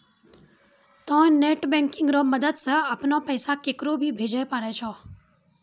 तोंय net banking रो मदद से अपनो पैसा केकरो भी भेजै पारै छहो